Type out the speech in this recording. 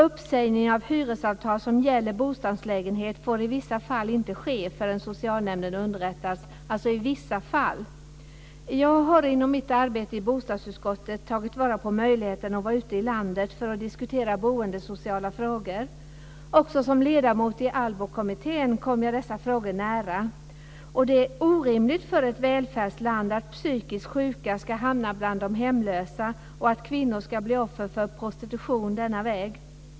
Uppsägning av hyresavtal som gäller bostadslägenhet får i vissa fall inte ske förrän socialnämnden underrättats, alltså i vissa fall. Jag har genom mitt arbete i bostadsutskottet tagit vara på möjligheten att vara ute i landet och diskutera boendesociala frågor. Också som ledamot i ALLBO kommittén kom jag dessa frågor nära. Det är orimligt i ett välfärdsland att psykiskt sjuka ska hamna bland de hemlösa och att kvinnor ska bli offer för prostitution denna väg.